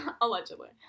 allegedly